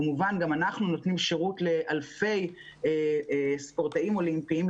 כמובן גם אנחנו נותנים שירות לאלפי ספורטאים אולימפיים.